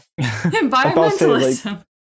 environmentalism